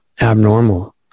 abnormal